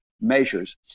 measures